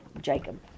Jacob